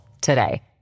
today